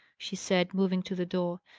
she said, moving to the door.